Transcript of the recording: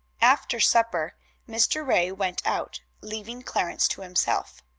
after supper mr. ray went out, leaving clarence to himself.